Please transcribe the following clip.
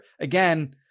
again